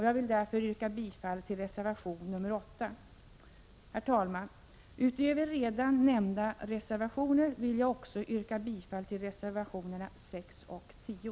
Jag vill därför yrka bifall till reservation nr 8. Herr talman! Utöver redan nämnda reservationer vill jag också yrka bifall till reservationerna 6 och 10.